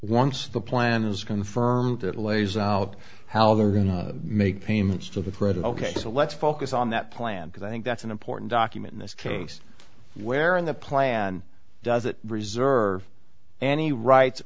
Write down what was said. once the plan is confirmed that lays out how they're going to make payments to the predicate so let's focus on that plan because i think that's an important document in this case where in the plan does it reserve any rights